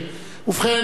ובכן,